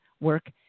work